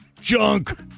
junk